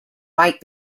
might